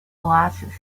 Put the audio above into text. oasis